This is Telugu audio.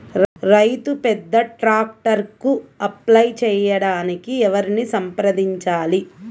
రైతు పెద్ద ట్రాక్టర్కు అప్లై చేయడానికి ఎవరిని సంప్రదించాలి?